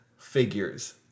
Figures